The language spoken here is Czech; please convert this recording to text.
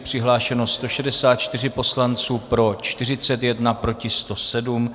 Přihlášeno 164 poslanců, pro 41, proti 107.